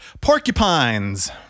porcupines